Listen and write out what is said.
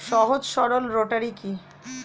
সহজ সরল রোটারি কি?